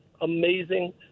amazing